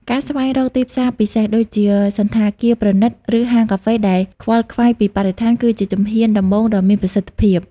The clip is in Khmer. ការស្វែងរកទីផ្សារពិសេស ដូចជាសណ្ឋាគារប្រណីត ឬហាងកាហ្វេដែលខ្វល់ខ្វាយពីបរិស្ថាន គឺជាជំហានដំបូងដ៏មានប្រសិទ្ធភាព។